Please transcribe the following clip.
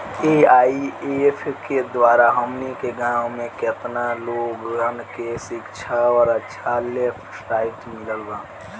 AIF के द्वारा हमनी के गांव में केतना लोगन के शिक्षा और अच्छा लाइफस्टाइल मिलल बा